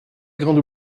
grande